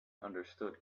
understood